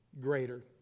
greater